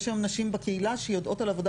יש היום נשים בקהילה שיודעות על עבודה